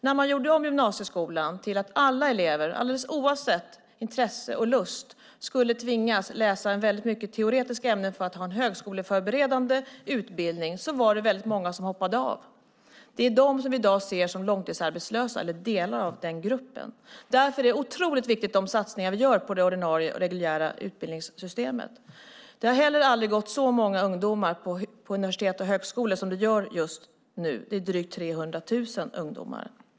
När gymnasieskolan gjordes om och alla elever alldeles oavsett intresse och lust skulle tvingas läsa väldigt mycket teoretiska ämnen för att ha en högskoleförberedande utbildning hoppade väldigt många av. Det är delar av den gruppen som vi i dag ser som långtidsarbetslösa. Därför är det otroligt viktigt med de satsningar vi gör på det ordinarie och det reguljära utbildningssystemet. Dessutom har aldrig tidigare så många ungdomar gått på universitet och högskolor som just nu - drygt 300 000 ungdomar.